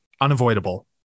Unavoidable